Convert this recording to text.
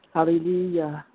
Hallelujah